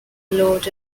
lord